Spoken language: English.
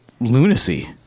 lunacy